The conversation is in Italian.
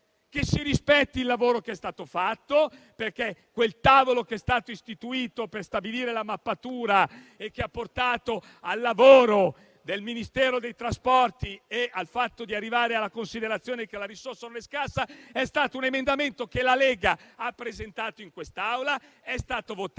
che si rispetti il lavoro che è stato fatto. Il tavolo che è stato istituito per stabilire la mappatura e che ha portato al lavoro del Ministero dei trasporti e ad arrivare alla considerazione che la risorsa ora è scarsa è stato previsto in un emendamento che la Lega ha presentato in quest'Aula, che è stato votato;